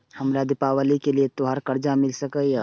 हमरा दिवाली के लिये त्योहार कर्जा मिल सकय?